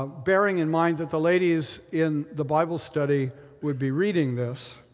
ah bearing in mind that the ladies in the bible study would be reading this.